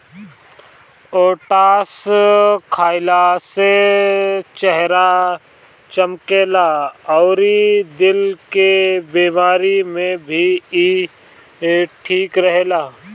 oats खाइला से चेहरा चमकेला अउरी दिल के बेमारी में भी इ ठीक रहेला